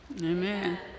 Amen